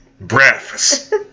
breakfast